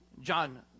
John